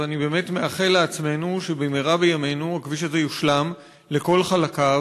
ואני באמת מאחל לעצמנו שבמהרה בימינו הכביש הזה יושלם בכל חלקיו,